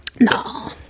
No